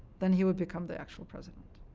then he would become the actual president.